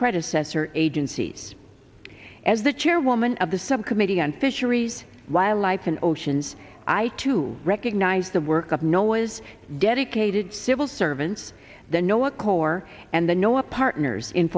predecessor agencies as the chairwoman of the subcommittee on fisheries wildlife and oceans i too recognize the work of noise dedicated civil servants the noah corps and the new the partners in